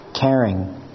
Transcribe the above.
caring